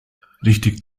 richtig